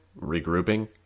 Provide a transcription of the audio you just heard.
regrouping